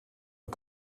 are